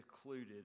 secluded